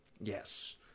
Yes